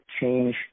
change